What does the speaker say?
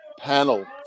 panel